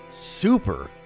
super